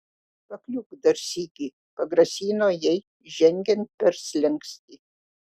pakliūk dar sykį pagrasino jai žengiant per slenkstį